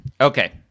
Okay